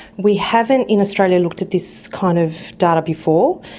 we haven't in australia looked at this kind of data before,